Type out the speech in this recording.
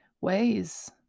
ways